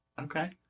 Okay